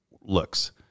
looks